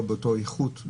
לא באותה איכות,